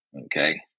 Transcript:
Okay